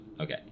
Okay